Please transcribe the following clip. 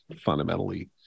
fundamentally